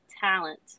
talent